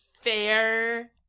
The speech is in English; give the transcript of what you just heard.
fair